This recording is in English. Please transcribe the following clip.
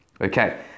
Okay